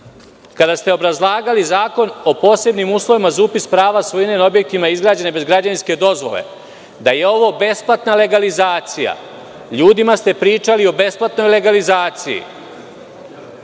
kada ste obrazlagali Zakon o posebnim uslovima za upis prava svojine na objektima izgrađenim bez građevinske dozvole da je ovo besplatna legalizacija. Ljudima ste pričali o besplatnoj legalizaciji.